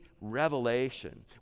revelation